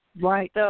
Right